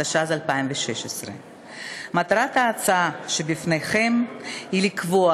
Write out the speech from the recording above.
התשע"ז 2016. מטרת ההצעה שבפניכם היא לקבוע